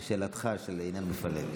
לשאלתך, לעניין המפלג.